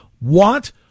want